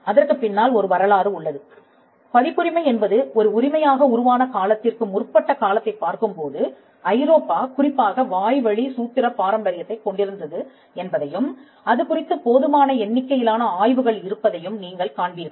அதற்குப் பின்னால் ஒரு வரலாறு உள்ளது பதிப்புரிமை என்பது ஒரு உரிமையாக உருவான காலத்திற்கு முற்பட்ட காலத்தைப் பார்க்கும்போது ஐரோப்பா குறிப்பாக வாய்வழி சூத்திர பாரம்பரியத்தை கொண்டிருந்தது என்பதையும் அது குறித்து போதுமான எண்ணிக்கையிலான ஆய்வுகள் இருப்பதையும் நீங்கள் காண்பீர்கள்